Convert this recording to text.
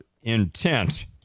intent